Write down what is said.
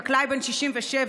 חקלאי בן 67,